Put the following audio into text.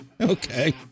Okay